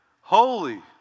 holy